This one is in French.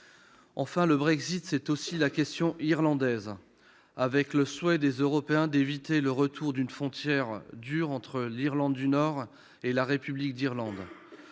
Enfin, le Brexit, c'est aussi la question irlandaise. Les Européens souhaitent éviter le retour d'une frontière dure entre l'Irlande du Nord et la République d'Irlande.